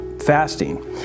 fasting